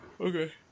Okay